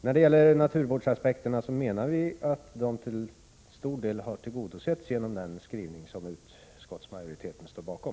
När det gäller naturvårdsaspekterna menar vi att de till stor del har tillgodosetts genom den skrivning som utskottsmajoriteten står bakom.